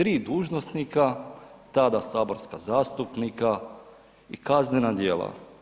3 dužnosnika, tada saborska zastupnika i kaznena djela.